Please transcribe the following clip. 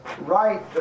right